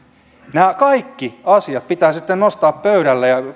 nämä kaikki asiat pitää sitten nostaa pöydälle